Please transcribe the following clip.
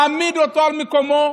להעמיד אותו במקומו.